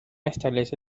establece